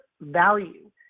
value